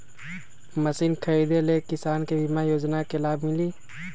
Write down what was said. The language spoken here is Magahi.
मशीन खरीदे ले किसान के बीमा योजना के लाभ मिली?